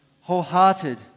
Wholehearted